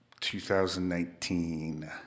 2019